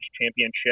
Championship